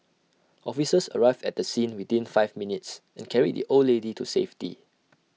officers arrived at the scene within five minutes and carried the old lady to safety